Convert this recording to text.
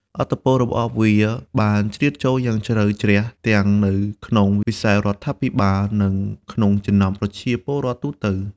ឥទ្ធិពលរបស់វាបានជ្រៀតចូលយ៉ាងជ្រៅជ្រះទាំងនៅក្នុង វិស័យរដ្ឋាភិបាល និងក្នុងចំណោម ប្រជាពលរដ្ឋទូទៅ។